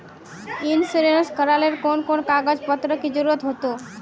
Insurance करावेल कोन कोन कागज पत्र की जरूरत होते?